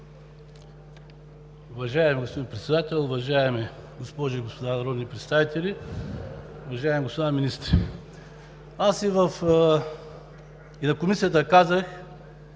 Уважаеми господин Председател, уважаеми госпожи и господа народни представители, уважаеми господа министри! Аз и в Комисията казах,